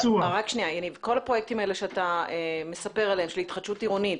כל הפרויקטים האלה שאתה מספר עליהם של התחדשות עירונית,